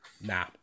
nah